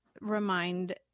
remind